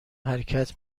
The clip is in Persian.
حرکت